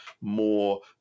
more